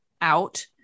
out